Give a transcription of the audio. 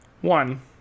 One